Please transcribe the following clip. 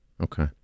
Okay